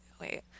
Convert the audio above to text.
wait